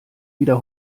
wieder